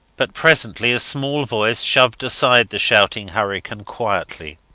but presently a small voice shoved aside the shouting hurricane quietly.